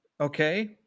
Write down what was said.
Okay